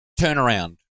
turnaround